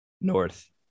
north